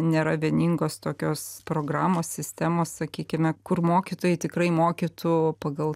nėra vieningos tokios programos sistemos sakykime kur mokytojai tikrai mokytų pagal